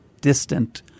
distant